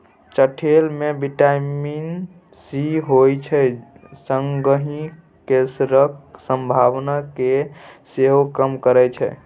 चठेल मे vitamin C होइ छै संगहि कैंसरक संभावना केँ सेहो कम करय छै